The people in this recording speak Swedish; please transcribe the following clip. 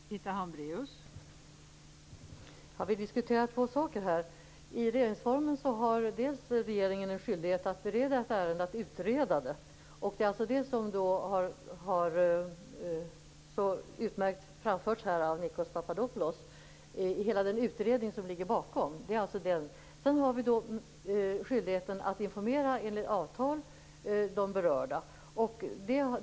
Fru talman! Vi diskuterar två saker här. Enligt regeringsformen har regeringen en skyldighet att bereda ett ärende, att utreda det. Det är alltså en redogörelse för hela den utredning som ligger bakom som så utmärkt har framförts av Nikos Papadopoulos. Sedan har vi skyldigheten enligt avtal att informera de berörda.